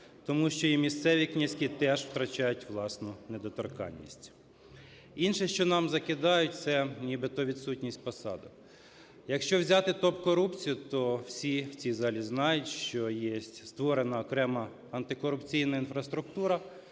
тому що і місцеві "князьки" теж втрачають власну недоторканність. Інше, що нам закидають, це нібито відсутність посадок. Якщо взяти топ-корупцію, то всі в цій залі знають, що є створена окрема антикорупційна інфраструктура